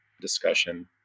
discussion